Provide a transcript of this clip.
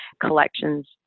collections